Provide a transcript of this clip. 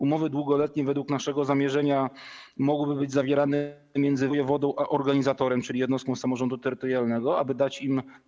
Umowy długoletnie według naszego zamierzenia mogłyby być zawierane między wojewodą a organizatorem, czyli jednostką samorządu terytorialnego, aby dać im.